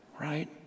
right